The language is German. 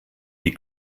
die